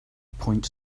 point